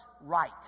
right